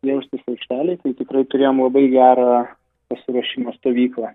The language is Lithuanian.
jaustis aikštelėj tai tikrai turėjom labai gerą pasiruošimo stovyklą